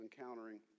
encountering